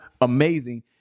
amazing